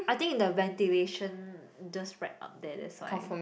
I think the ventilation just right up there that's why